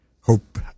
hope